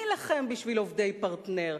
מי יילחם בשביל עובדי "פרטנר",